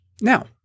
Now